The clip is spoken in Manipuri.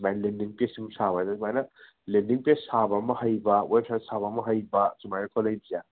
ꯁꯨꯃꯥꯏꯅ ꯂꯦꯟꯗꯤꯡ ꯄꯦꯖ ꯑꯃ ꯁꯥꯎ ꯍꯥꯏꯅ ꯁꯨꯃꯥꯏꯅ ꯂꯦꯟꯗꯤꯡ ꯄꯦꯖ ꯁꯥꯕ ꯑꯃ ꯍꯩꯕ ꯋꯦꯕꯁꯥꯏꯠ ꯁꯥꯕ ꯑꯃ ꯍꯩꯕ ꯁꯨꯃꯥꯏꯅꯀꯣ ꯂꯩꯔꯤꯁꯦ